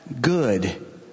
good